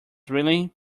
willing